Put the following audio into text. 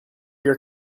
your